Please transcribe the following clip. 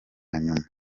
nyuma